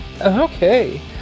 Okay